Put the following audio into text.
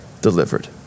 delivered